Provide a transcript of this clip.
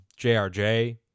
jrj